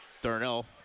Darnell